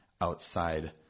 outside